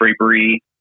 drapery